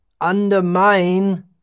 undermine